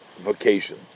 vacation